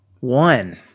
One